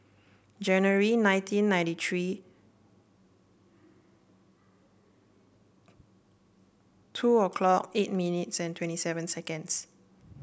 January nineteen ninety three two o'clock eight minutes and twenty seven seconds